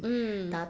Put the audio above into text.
mm